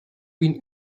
bin